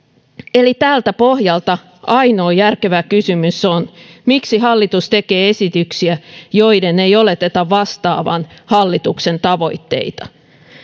eli tältä pohjalta ainoa järkevä kysymys on miksi hallitus tekee esityksiä joiden ei oleteta vastaavan hallituksen tavoitteita